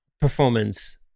performance